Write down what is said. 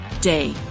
day